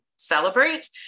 celebrate